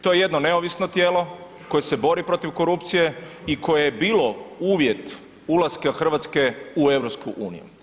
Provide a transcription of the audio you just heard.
To je jedno neovisno tijelo koje se bori protiv korupcije i koje je bilo uvjet ulaska Hrvatske u EU.